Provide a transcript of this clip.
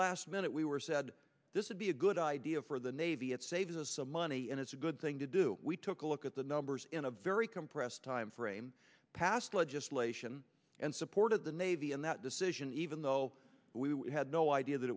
last minute we were said this would be a good idea for the navy it saves us some money and it's a good thing to do we took a look at the numbers in a very compressed time frame passed legislation and supported the navy and that decision even though we had no idea that